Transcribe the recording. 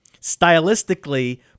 Stylistically